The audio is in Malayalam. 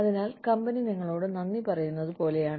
അതിനാൽ കമ്പനി നിങ്ങളോട് നന്ദി പറയുന്നത് പോലെയാണ്